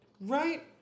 Right